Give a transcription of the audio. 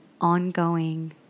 ongoing